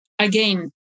Again